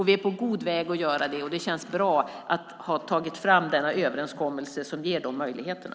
Vi är på god väg att göra det, och det känns bra att ha tagit fram denna överenskommelse som ger de möjligheterna.